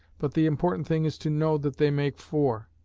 but the important thing is to know that they make four.